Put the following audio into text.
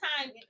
time